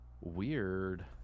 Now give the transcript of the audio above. Weird